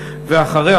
ואחריה,